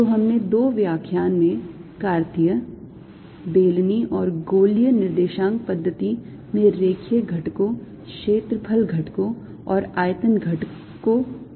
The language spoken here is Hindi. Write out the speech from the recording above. तो हमने 2 व्याख्यान में कार्तीय बेलनी और गोलीय निर्देशांक पद्धति में रेखीय घटकों क्षेत्रफल घटकों और आयतन घटकों निकाले हैं